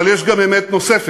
אבל יש גם אמת נוספת,